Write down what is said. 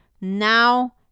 Now